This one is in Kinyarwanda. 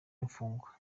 imfungwa